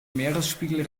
meeresspiegel